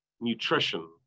nutrition